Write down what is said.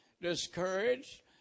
discouraged